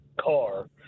car